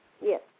Yes